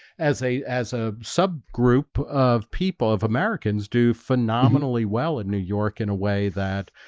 as a as a sub group of people of americans do phenomenally well in new york in a way that